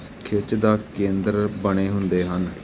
ਖਿੱਚ ਦਾ ਕੇਂਦਰ ਬਣੇ ਹੁੰਦੇ ਹਨ